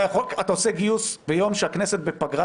אתה עושה גיוס ביום שהכנסת בפגרת